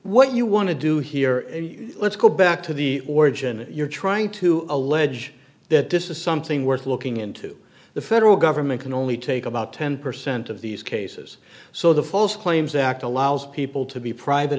you want to do here and let's go back to the origin you're trying to allege that this is something worth looking into the federal government can only take about ten percent of these cases so the false claims act allows people to be private